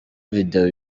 video